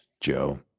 Joe